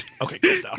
Okay